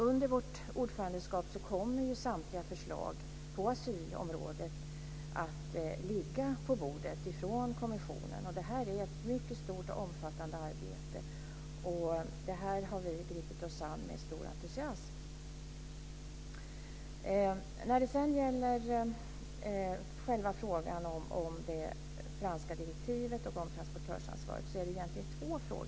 Under vårt ordförandeskap kommer samtliga förslag från kommissionen på asylområdet att ligga på bordet. Här är ett mycket stort och omfattande arbete. Det har vi gripit oss an med stor entusiasm. Frågan om det franska direktivet och transportörsansvaret är egentligen två frågor.